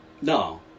No